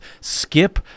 skip